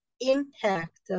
impact